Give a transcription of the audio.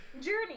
Journey